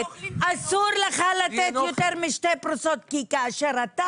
אסור לך לתת יותר משתי פרוסות, כי כאשר אתה